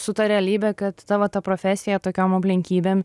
su ta realybe kad tavo ta profesija tokiom aplinkybėm